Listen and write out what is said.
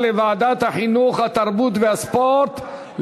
לדיון מוקדם בוועדה שתקבע ועדת הכנסת נתקבלה.